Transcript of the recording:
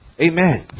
Amen